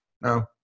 No